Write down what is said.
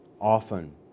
often